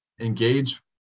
engage